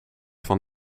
van